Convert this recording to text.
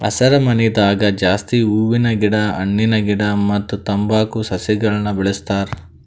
ಹಸರಮನಿದಾಗ ಜಾಸ್ತಿ ಹೂವಿನ ಗಿಡ ಹಣ್ಣಿನ ಗಿಡ ಮತ್ತ್ ತಂಬಾಕ್ ಸಸಿಗಳನ್ನ್ ಬೆಳಸ್ತಾರ್